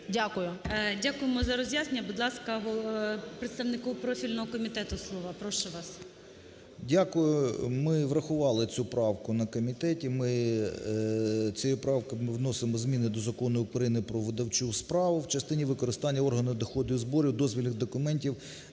Дякуємо за роз'яснення. Будь ласка, представнику профільного комітету слово. Прошу вас. 13:43:21 КРИШИН О.Ю. Дякую. Ми врахували цю правку на комітеті. Ми цією правкою вносимо зміни до Закону України "Про видавничу справу" в частині використання органом доходів і зборів дозвільних документів